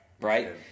Right